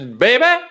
baby